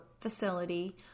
facility